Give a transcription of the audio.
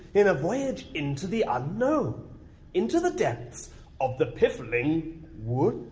in a voyage into the unknown into the depths of the piffling woods!